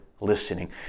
listening